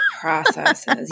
processes